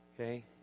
okay